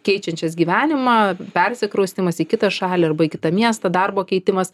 keičiančias gyvenimą persikraustymas į kitą šalį arba į kitą miestą darbo keitimas